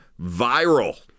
viral